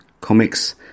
comics